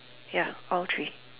ya all three